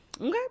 Okay